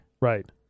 Right